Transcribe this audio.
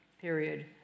period